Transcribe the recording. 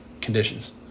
conditions